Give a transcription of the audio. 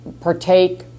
partake